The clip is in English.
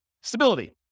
Stability